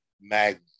magnet